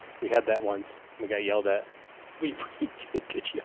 we had that once and we got yelled at wheat tickets. yeah